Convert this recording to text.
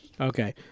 Okay